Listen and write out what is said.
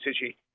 City